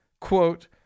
quote